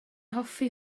hoffi